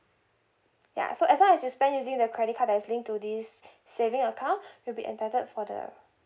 ya so as long as you spend using the credit card that's linked to this saving account you'll be entitled for the